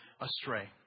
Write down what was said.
astray